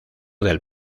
del